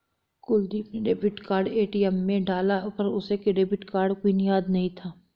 कुलदीप ने debit card ATM में डाला पर उसे डेबिट कार्ड पिन याद नहीं था